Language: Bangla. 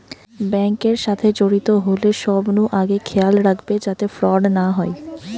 বেঙ্ক এর সাথে জড়িত হলে সবনু আগে খেয়াল রাখবে যাতে ফ্রড না হয়